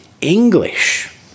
English